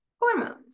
hormones